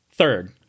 Third